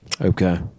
Okay